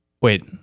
Wait